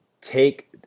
take